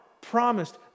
promised